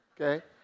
Okay